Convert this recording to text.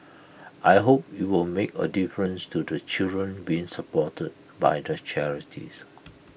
I hope IT will make A difference to the children being supported by the charities